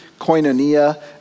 koinonia